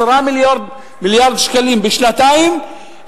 10 מיליארד שקלים בשנתיים,